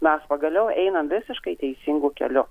mes pagaliau einam visiškai teisingu keliu